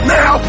now